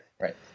Right